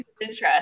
interest